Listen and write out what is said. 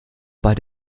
bei